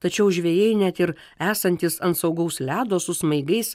tačiau žvejai net ir esantys ant saugaus ledo su smaigais